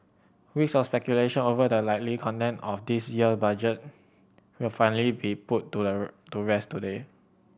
weeks of speculation over the likely content of this year Budget will finally be put to to rest today